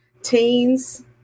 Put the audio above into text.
teens